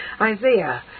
Isaiah